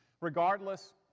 regardless